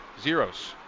Zeros